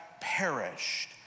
perished